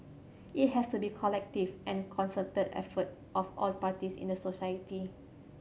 it has to be collective and concerted effort of all parties in the society